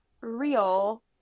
real